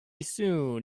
soon